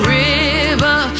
river